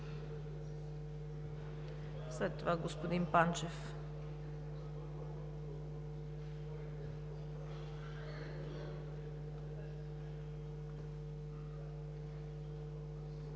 След това – господин Панчев.